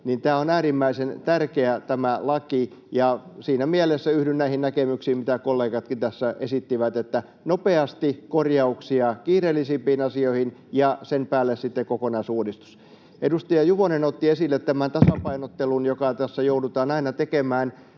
Tämä laki on äärimmäisen tärkeä, ja siinä mielessä yhdyn näihin näkemyksiin, mitä kollegatkin tässä esittivät, että nopeasti korjauksia kiireellisimpiin asioihin ja sen päälle sitten kokonaisuudistus. Edustaja Juvonen otti esille tämän tasapainottelun, joka tässä joudutaan aina tekemään,